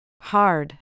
Hard